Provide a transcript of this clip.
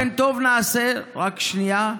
רק שנייה.